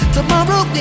Tomorrow